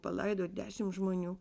palaido dešim žmonių